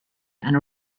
and